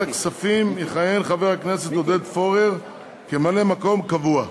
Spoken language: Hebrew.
בוועדת הכספים יכהן חבר הכנסת עודד פורר כממלא-מקום קבוע.